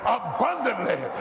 abundantly